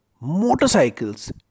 motorcycles